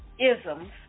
isms